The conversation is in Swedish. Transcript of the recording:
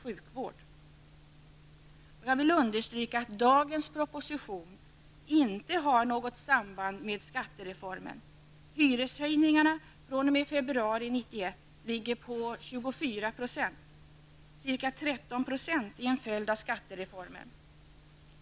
Jag vill understryka att dagens proposition inte har något samband med skattereformen. Hyreshöjningarna fr.o.m. februari 1991 ligger på ca 24 %. Ca 13 % är en följd av skattereformen.